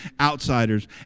outsiders